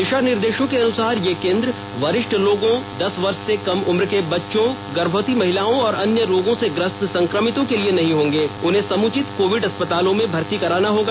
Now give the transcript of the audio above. दिशा निर्देशों के अनुसार ये केन्द्र वरिष्ठ लोगों दस वर्ष से कम उम्र के बच्चों गर्भवती महिलाओं और अन्य रोगों से ग्रस्त संक्रमितों के लिए नहीं होंगे उन्हें समुचित कोविड अस्पतालों में भर्ती कराना होगा